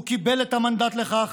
הוא קיבל את המנדט לכך,